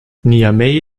niamey